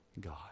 God